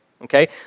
okay